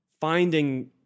finding